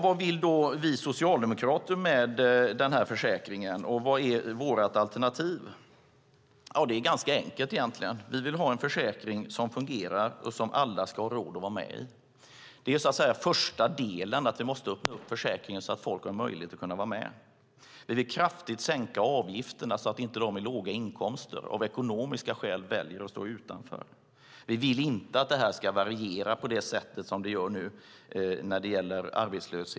Vad vill då vi socialdemokrater med den här försäkringen, och vad är vårt alternativ? Ja, det är ganska enkelt. Det är första delen, att vi måste öppna upp försäkringen så att folk har möjlighet att vara med.